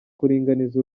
kuringaniza